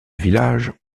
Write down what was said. village